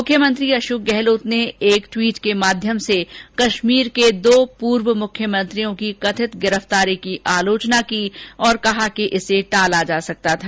मुख्यमंत्री अशोक गहलोत ने एक ट्वीट के माध्यम से कश्मीर के दो पूर्व मुख्यमंत्रियों की कथित गिरफ्तारी की आलोचना की और कहा कि इसे टाला जा सकता था